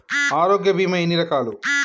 ఆరోగ్య బీమా ఎన్ని రకాలు?